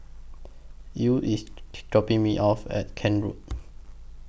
Ew IS dropping Me off At Kent Road